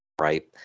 Right